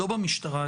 לא במשטרה,